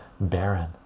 barren